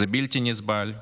זה בלתי נסבל,